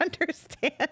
understand